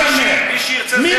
מי שירצה לזייף, איך תישמר?